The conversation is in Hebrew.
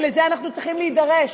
ולזה אנחנו צריכים להידרש.